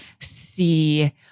See